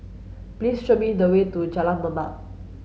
please show me the way to Jalan Mamam